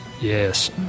Yes